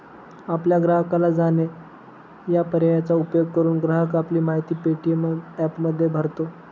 आपल्या ग्राहकाला जाणे या पर्यायाचा उपयोग करून, ग्राहक आपली माहिती पे.टी.एममध्ये भरतो